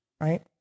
right